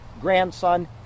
grandson